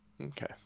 okay